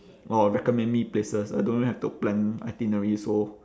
or recommend me places I don't really have to plan itinerary so